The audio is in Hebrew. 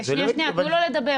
שנייה, שנייה, תנו לו לדבר.